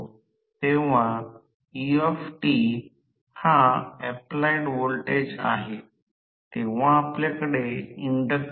आता सुरूवातीस रोटर फिरतांना सर्किट उघडण्यासाठी आणि स्टेटर ला अनंत शी कनेक्ट होऊ द्या म्हणजे रोटर ओपन सर्किट आहे ते शॉर्ट सर्किट नाही